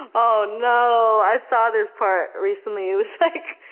ah oh no, i saw this part recently. it was like,